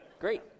great